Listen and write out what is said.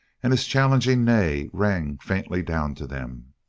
and his challenging neigh rang faintly down to them.